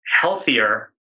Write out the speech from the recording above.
healthier